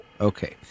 Okay